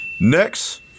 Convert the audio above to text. Next